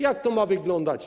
Jak to ma wyglądać?